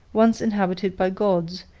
once inhabited by gods,